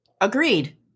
Agreed